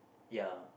ya